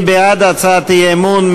מי בעד הצעת האי-אמון?